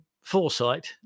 foresight